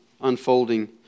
unfolding